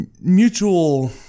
mutual